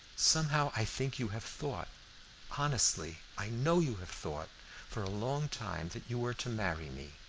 somehow i think you have thought honestly, i know you have thought for a long time that you were to marry me.